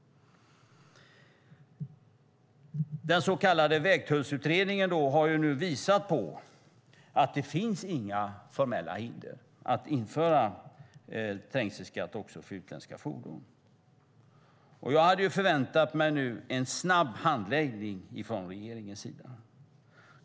Den så kallade Vägtullsutredningen har nu visat på att det inte finns några formella hinder för att införa trängselskatt också för utländska fordon. Jag hade förväntat mig en snabb handläggning från regeringens sida.